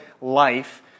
life